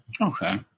Okay